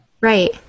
Right